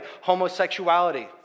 homosexuality